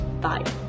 Bye